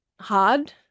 hard